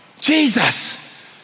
Jesus